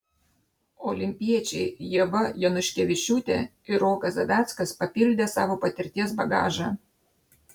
olimpiečiai ieva januškevičiūtė ir rokas zaveckas papildė savo patirties bagažą